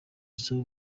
isaba